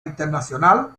internacional